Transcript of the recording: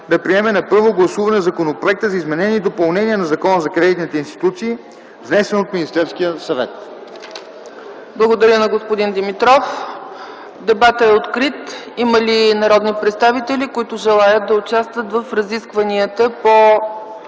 да приеме на първо гласуване Законопроекта за изменение и допълнение на Закона за кредитните институции, внесен от Министерския съвет.”